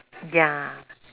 ya